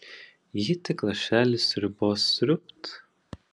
ji tik lašelį sriubos sriūbt